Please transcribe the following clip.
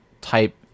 type